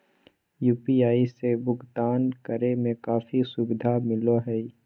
UPI से भुकतान करे में काफी सुबधा मिलैय हइ